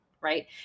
right